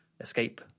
escape